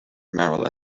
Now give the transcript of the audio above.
merrill